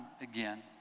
again